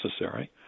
necessary